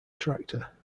tractor